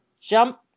jump